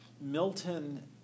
Milton